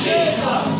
Jesus